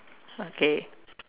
okay